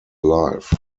life